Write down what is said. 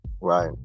Right